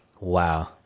Wow